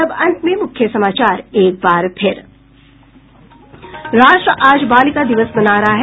और अब अंत में मुख्य समाचार एक बार फिर राष्ट्र आज बालिका दिवस मना रहा है